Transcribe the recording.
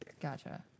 Gotcha